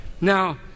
Now